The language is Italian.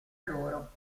loro